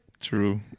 True